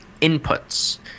inputs